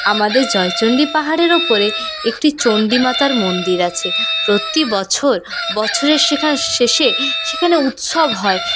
আমাদের জয়চন্ডী পাহাড়ের ওপরে একটি চন্ডী মাতার মন্দির আছে প্রতি বছর বছরের সেখা শেষে সেখানে উৎসব হয়